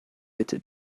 bitte